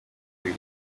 bubi